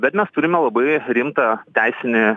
bet mes turime labai rimtą teisinį